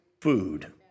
food